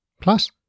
plus